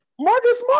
Marcus